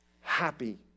happy